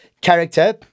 character